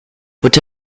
but